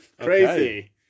Crazy